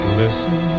listen